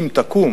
אם תקום,